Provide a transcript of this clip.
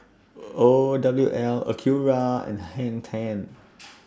O W L Acura and Hang ten